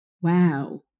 Wow